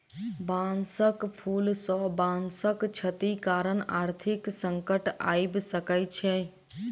बांसक फूल सॅ बांसक क्षति कारण आर्थिक संकट आइब सकै छै